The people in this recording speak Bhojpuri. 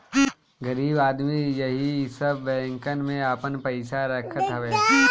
गरीब आदमी एही सब बैंकन में आपन पईसा रखत हवे